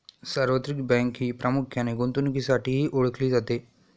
सार्वत्रिक बँक ही प्रामुख्याने गुंतवणुकीसाठीही ओळखली जाते